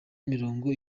mirongo